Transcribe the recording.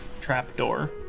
trapdoor